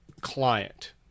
client